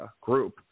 group